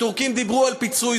הטורקים דיברו על פיצוי,